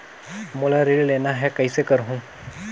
मोला ऋण लेना ह, कइसे करहुँ?